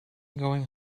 going